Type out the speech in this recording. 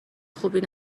خوبی